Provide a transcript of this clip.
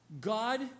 God